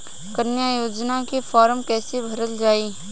कन्या योजना के फारम् कैसे भरल जाई?